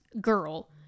girl